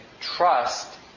trust